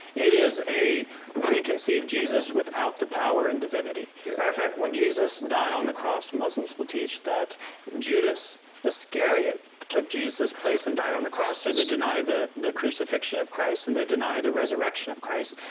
it is a preconceived jesus without the power and divinity. matter of fact when jesus died on the cross muslims will teach that judas iscariot took jesus' place and died on the cross, so they deny the the crucifixion of christ, and they deny the resurrection of christ.